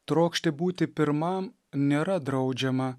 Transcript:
trokšti būti pirmam nėra draudžiama